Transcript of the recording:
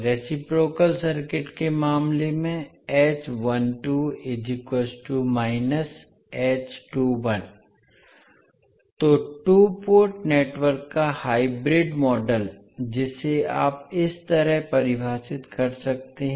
reciprocal circuit के मामले में तो टू पोर्ट नेटवर्क का हाइब्रिड मॉडल जिसे आप इस तरह परिभाषित कर सकते हैं